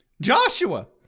Joshua